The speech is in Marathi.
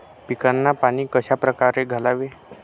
पिकांना पाणी कशाप्रकारे द्यावे?